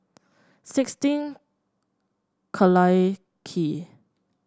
sixteen Collyer Quay